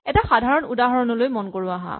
এটা সাধাৰণ উদাহৰণলৈ মন কৰো আহাঁ